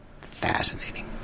fascinating